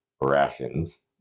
rations